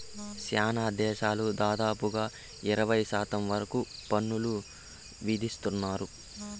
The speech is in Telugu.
శ్యానా దేశాలు దాదాపుగా ఇరవై శాతం వరకు పన్నులు విధిత్తున్నారు